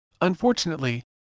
Unfortunately